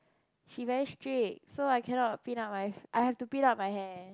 she very strict so I cannot pin up my I have to pin up my hair